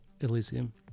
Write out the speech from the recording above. elysium